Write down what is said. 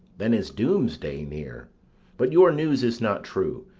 then is doomsday near but your news is not true.